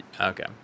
okay